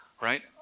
Right